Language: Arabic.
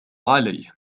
عليه